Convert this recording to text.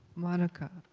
monica,